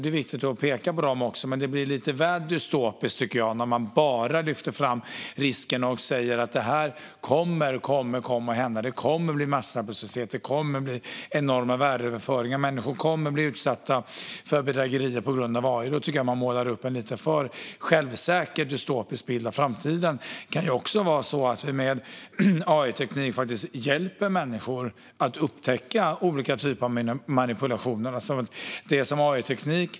Det är viktigt att peka på dem, men jag tycker att det blir lite väl dystopiskt när man bara lyfter fram riskerna och säger att det ena och det andra kommer att hända: Det kommer att bli massarbetslöshet, det kommer att bli enorma värdeöverföringar och människor kommer att bli utsatta för bedrägerier på grund av AI. Då tycker jag att man lite för självsäkert målar upp en dystopisk bild av framtiden. Det kan ju också vara så att vi med AI-teknik faktiskt hjälper människor att upptäcka olika typer av manipulationer.